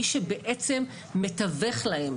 מי שבעצם מתווך להם,